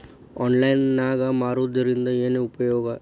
Online ನಾಗ್ ಮಾರೋದ್ರಿಂದ ಏನು ಉಪಯೋಗ?